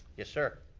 yes, sir.